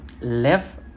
left